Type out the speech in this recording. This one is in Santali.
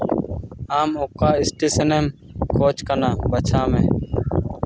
ᱟᱢ ᱚᱠᱟ ᱥᱴᱮᱥᱚᱱ ᱮᱢ ᱠᱷᱚᱡᱽ ᱠᱟᱱᱟ ᱵᱟᱪᱷᱟᱣ ᱢᱮ